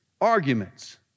arguments